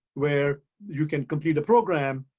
where you can complete the program,